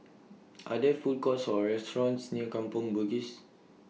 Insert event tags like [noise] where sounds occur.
[noise] Are There Food Courts Or restaurants near Kampong Bugis